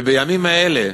ובימים האלה,